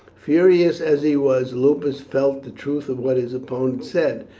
furious as he was, lupus felt the truth of what his opponent said,